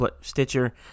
Stitcher